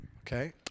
Okay